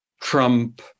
Trump